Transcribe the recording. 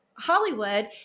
Hollywood